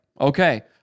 okay